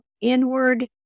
inward